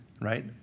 right